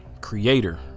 creator